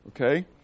okay